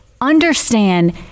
understand